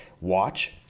watch